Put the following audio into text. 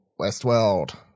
Westworld